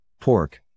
pork